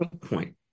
point